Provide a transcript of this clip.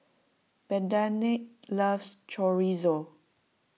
Bernardine loves Chorizo